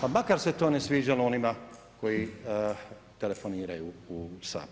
pa makar se to ne sviđalo onima koji telefoniraju u Saboru.